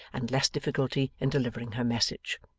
and less difficulty in delivering her message.